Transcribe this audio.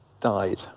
died